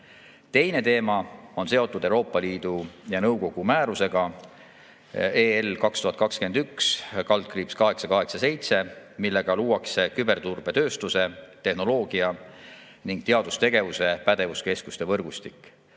Teine teema on seotud Euroopa [Parlamendi] ja nõukogu määrusega (EL) 2021/887, millega luuakse küberturbetööstuse, tehnoloogia ning teadustegevuse pädevuskeskuste võrgustik.